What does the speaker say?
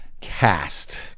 cast